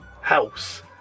house